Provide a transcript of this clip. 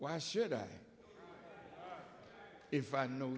why should i if i know